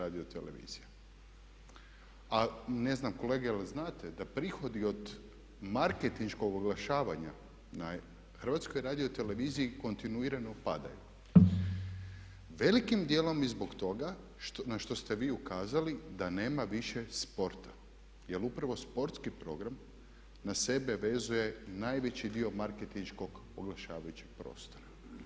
A ne znam kolege jel znate da prihodi od marketinškog oglašavanja na HRT-u kontinuirano padaju, velikim dijelom i zbog toga na što ste vi ukazali da nema više sporta jer upravo sportski program na sebe vezuje najveći dio marketinškog oglašavajućeg prostora.